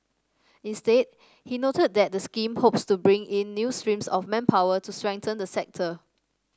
instead he noted that the scheme hopes to bring in new streams of manpower to strengthen the sector